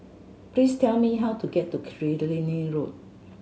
please tell me how to get to Killiney Road